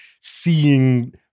seeing